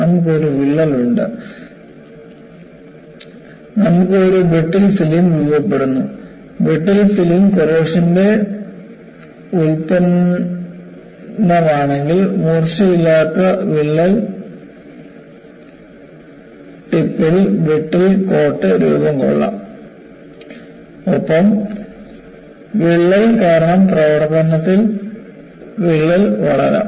നമുക്ക് ഒരു വിള്ളൽ ഉണ്ട് നമുക്ക് ഒരു ബ്രിട്ടിൽ ഫിലിം രൂപപ്പെടുത്തുന്നു ബ്രിട്ടിൽ ഫിലിം കൊറോഷന്റെ ഉൽപ്പന്നമാണെങ്കിൽ മൂർച്ചയില്ലാത്ത വിള്ളൽ ടിപ്പിൽ ബ്രിട്ടിൽ കോട്ട് രൂപം കൊള്ളാം ഒപ്പം വിള്ളൽ കാരണം പ്രവർത്തനത്തിൽ വിള്ളൽ വളരാം